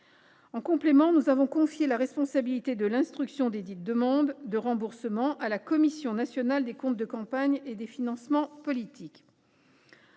En complément, nous avons confié la responsabilité de l’instruction desdites demandes de remboursement à la Commission nationale des comptes de campagne et des financements politiques